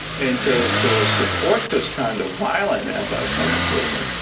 and to to support this kind of violent anti-semitism,